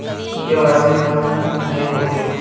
KYC कोन में होथे?